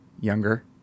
younger